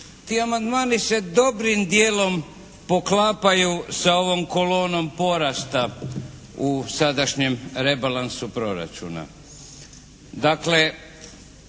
Ti amandmani se dobrim dijelom poklapaju sa ovom kolonom porasta u sadašnjem rebalansu proračuna.